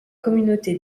communauté